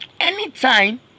anytime